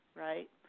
right